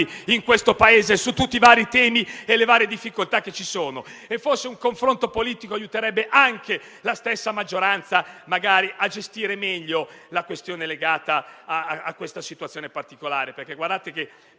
in questo Paese, su tutti i vari temi e le varie difficoltà esistenti? Forse un confronto politico aiuterebbe, magari anche la stessa maggioranza, a gestire meglio la questione legata a questa situazione particolare.